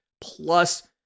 plus